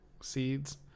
seeds